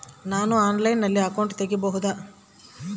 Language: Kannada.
ನಾನು ಆನ್ಲೈನಲ್ಲಿ ಅಕೌಂಟ್ ತೆಗಿಬಹುದಾ?